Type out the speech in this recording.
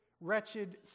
wretched